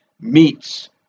meets